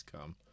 come